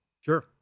Sure